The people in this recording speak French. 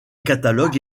catalogue